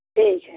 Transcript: ठीक है